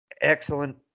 Excellent